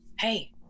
Hey